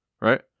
right